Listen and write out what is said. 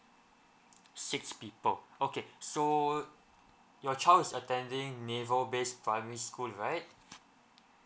six people okay so your child is attending naval base primary school right